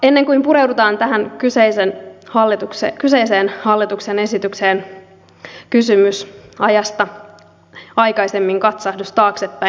ennen kuin pureudutaan tähän kyseiseen hallituksen esitykseen kysymys ajasta aikaisemmin katsahdus taaksepäin